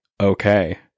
Okay